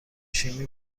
شیمی